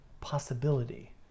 possibility